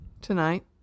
tonight